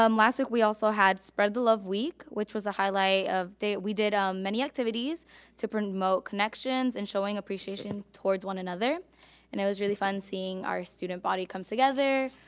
um last week, we also had spread the love week which was a highlight of day. we did many activities to promote connections and showing appreciation towards one another and it was really fun seeing our student body come together.